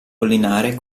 collinare